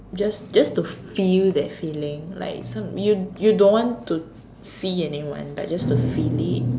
just just to feel that feeling like some you you don't want to see anyone but just to feel it